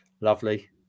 Lovely